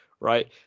right